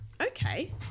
Okay